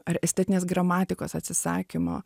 ar estetinės gramatikos atsisakymo